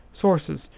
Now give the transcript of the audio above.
sources